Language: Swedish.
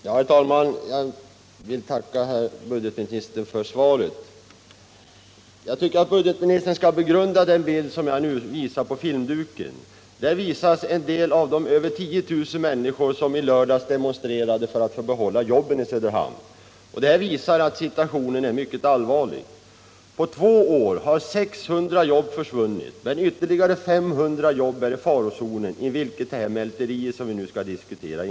Herr talman! Jag vill tacka herr budgetministern för svaret. Jag tycker att budgetministern skall begrunda den bild som jag nu visar på filmduken: Där ser man en del av de över 10 000 människor som i lördags demonstrerade för att få behålla jobben i Söderhamn. Det här vittnar om att situationen är mycket allvarlig. På två år har 600 jobb försvunnit, men ytterligare 500 jobb är i farozonen, om man räknar in det mälteri som vi nu diskuterar.